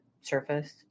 surface